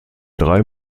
drei